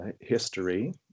history